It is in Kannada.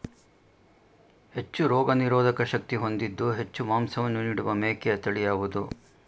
ಹೆಚ್ಚು ರೋಗನಿರೋಧಕ ಶಕ್ತಿ ಹೊಂದಿದ್ದು ಹೆಚ್ಚು ಮಾಂಸವನ್ನು ನೀಡುವ ಮೇಕೆಯ ತಳಿ ಯಾವುದು?